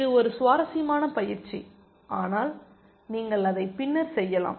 இது ஒரு சுவாரஸ்யமான பயிற்சி ஆனால் நீங்கள் அதை பின்னர் செய்யலாம்